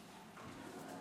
תודה